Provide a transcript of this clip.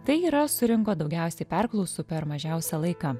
tai yra surinko daugiausiai perklausų per mažiausią laiką